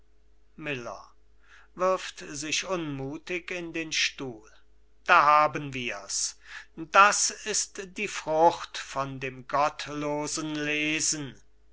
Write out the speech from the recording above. stuhl da haben wir's das ist die frucht von dem gottlosen lesen